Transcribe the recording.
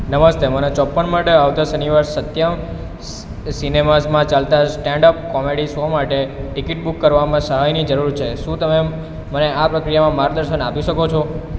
નમસ્તે મને ચોપ્પન માટે આવતા શનિવારે સત્યમ સિનેમાઝમાં ચાલતા સ્ટેન્ડ અપ કોમેડી શો માટે ટિકિટ બુક કરવામાં સહાયની જરૂર છે શું તમે મને આ પ્રક્રિયામાં માર્ગદર્શન આપી શકો છો